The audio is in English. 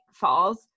falls